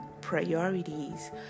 priorities